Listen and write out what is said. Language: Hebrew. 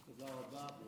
תודה רבה.